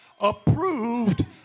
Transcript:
approved